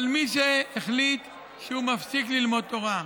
אבל מי שהחליט שהוא מפסיק ללמוד תורה,